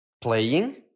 playing